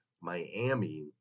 Miami